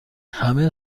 همه